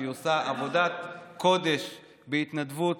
שעושה עבודת קודש בהתנדבות,